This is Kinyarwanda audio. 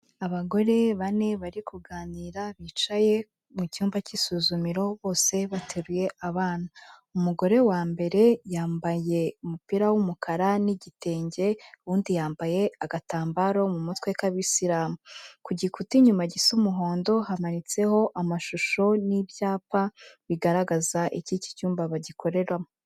Abagore bane bari kuganira bicaye mu cyumba k'isuzumiro bose bateruye abana, umugore wa mbere yambaye umupira w'umukara n'igitenge, uwundi yambaye agatambaro mu mutwe k'abisilamu, ku gikuta inyuma gisa umuhondo hamanitseho amashusho n'ibyapa bigaragaza icyo iki cyumba bagikoreramo.